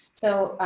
so,